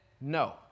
No